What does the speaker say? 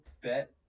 bet